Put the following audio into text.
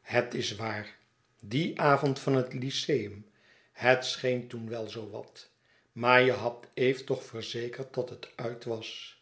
het is waar dien avond van het lyceum het scheen toen wel zoo wat maar je hadt eve toch verzekerd dat het uit was